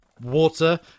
Water